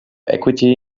equity